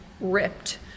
ripped